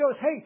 hey